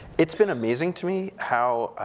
it's been amazing to me how